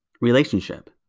relationship